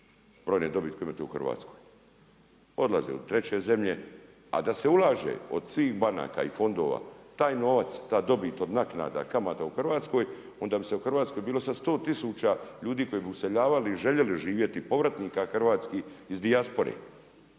brojne dobiti koje imate u Hrvatskoj. Odlaze u treće zemlje, a da se ulaže od svih banaka i fondova taj novac, ta dobit od naknada, kamata u Hrvatskoj onda bi u Hrvatskoj bilo sada 100 tisuća ljudi koji bi useljavali i željeli živjeti povratnika hrvatskih iz dijaspore.